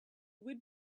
would